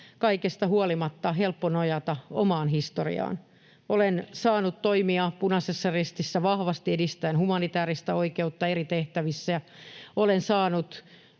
kaikesta huolimatta helppo nojata omaan historiaani: Olen saanut toimia Punaisessa Ristissä vahvasti edistäen humanitääristä oikeutta eri tehtävissä. Olen saanut